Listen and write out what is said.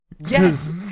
Yes